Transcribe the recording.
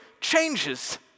changes